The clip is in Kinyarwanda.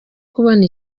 kubona